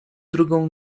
drugą